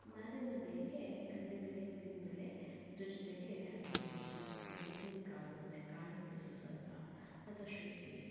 ಮಾರನೇದಿನ ಬೆಳಗ್ಗೆ ಕಡಲೇಬೇಳೆ ಉದ್ದಿನಬೇಳೆ ಅದರ ಜೊತೆಗೆ ಹಸಿಮೆಣಸು ಮೆಣಸಿನಕಾಳು ಅಂದರೆ ಕಾಳುಮೆಣಸು ಸ್ವಲ್ಪ ಸ್ವಲ್ಪ ಶುಂಠಿ